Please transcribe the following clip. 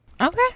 Okay